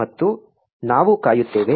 ಮತ್ತು ನಾವು ಕಾಯುತ್ತೇವೆ